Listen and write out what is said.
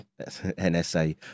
NSA